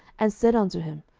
and said unto him,